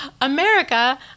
America